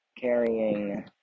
carrying